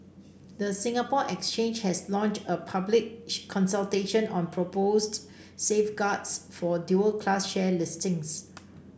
the Singapore Exchange has launched a public consultation on proposed safeguards for dual class share listings